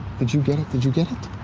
did you get it? did you get it?